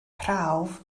prawf